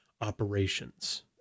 operations